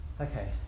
Okay